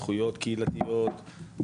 זכויות קהילתיות,